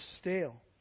stale